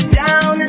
down